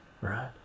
right